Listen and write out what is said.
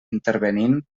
intervenint